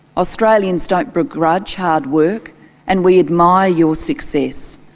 australians don't begrudge hard work and we admire your success.